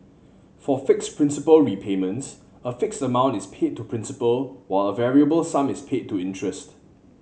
for fixed principal repayments a fixed amount is paid to principal while a variable sum is paid to interest